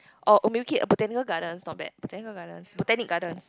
oh or maybe botanical gardens is not bad botanical gardens Botanic Gardens